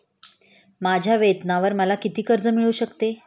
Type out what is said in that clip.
माझ्या वेतनावर मला किती कर्ज मिळू शकते?